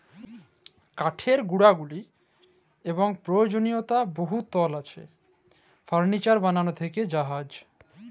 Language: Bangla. কাঠের গুলাবলি এবং পরয়োজলীয়তা বহুতলা আছে ফারলিচার বালাল থ্যাকে জাহাজ